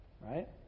right